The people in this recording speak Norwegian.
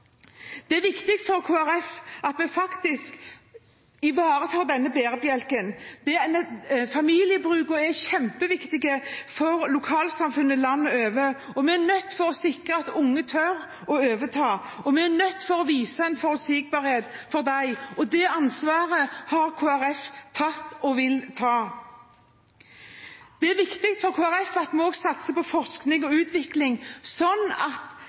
Det er viktig for Kristelig Folkeparti at vi faktisk ivaretar denne bærebjelken. Familiebrukene er kjempeviktige for lokalsamfunn landet over. Vi er nødt til å sikre at unge tør å overta – vi er nødt til å vise dem en forutsigbarhet. Det ansvaret har Kristelig Folkeparti tatt og vil ta. Det er viktig for Kristelig Folkeparti at vi også satser på forskning og utvikling, slik at